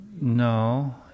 No